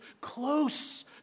close